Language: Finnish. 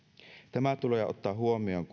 tämä tulee ottaa huomioon